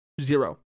Zero